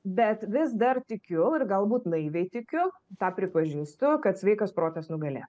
bet vis dar tikiu ir galbūt naiviai tikiu tą pripažįstu kad sveikas protas nugalė